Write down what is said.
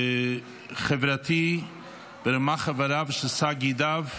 חברתי ברמ"ח איבריו ובשס"ה גידיו.